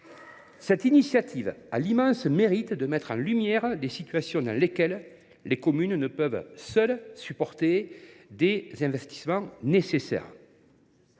telle initiative a l’immense mérite de mettre en lumière des situations dans lesquelles les communes ne peuvent supporter seules des investissements nécessaires.